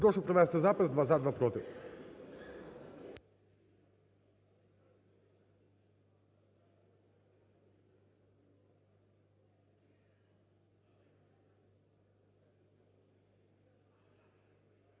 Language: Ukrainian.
Прошу провести запис: два – за, два – проти.